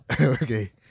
Okay